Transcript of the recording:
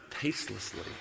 tastelessly